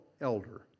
elder